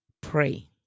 pray